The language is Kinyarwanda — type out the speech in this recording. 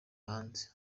hanze